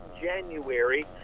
January